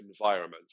environment